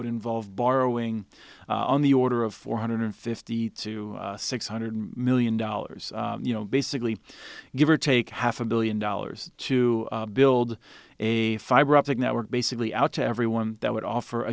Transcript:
would involve borrowing on the order of four hundred fifty to six hundred million dollars you know basically give or take half a billion dollars to build a fiber optic network basically out to everyone that would offer